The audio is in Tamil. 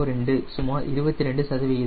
02 சுமார் 22 சதவீதம்